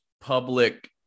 public